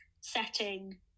setting